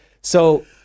So-